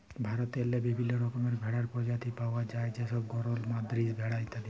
ভারতেল্লে বিভিল্ল্য রকমের ভেড়ার পরজাতি পাউয়া যায় যেমল গরল, মাদ্রাজি ভেড়া ইত্যাদি